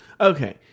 Okay